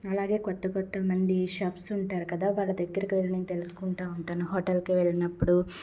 అలాగే కొత్త కొత్తమంది షెఫ్స్ ఉంటారు కదా వాళ్ళ దగ్గరికి వెళ్లి నేను తెలుసుకుంటూ ఉంటాను హోటల్కి వెళ్ళినప్పుడు